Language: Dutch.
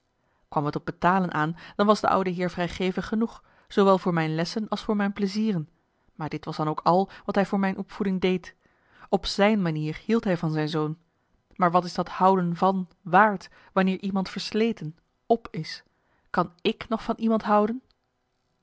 kwam het op betalen aan dan was de oude heer vrijgevig genoeg zoowel voor mijn lessen als voor mijn plezieren maar dit was dan ook al wat hij voor mijn opvoeding deed op zijn manier hield hij van zijn zoon maar wat is dat houden van waard wanneer iemand versleten op is kan ik nog van iemand houden